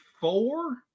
four